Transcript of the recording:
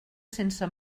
sense